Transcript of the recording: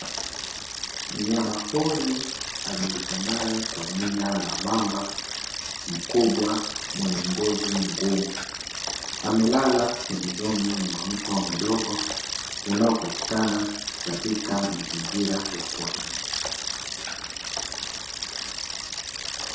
Mnyama pori ajulikanaye kwa jina la mamba mkubwa mwenye ngozi ngumu, amelala pembezoni mwa mto mdogo, unaopatikana katika mazingira ya porini,